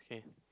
okay